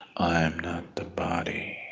not the body